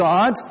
God